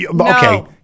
Okay